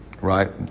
right